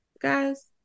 guys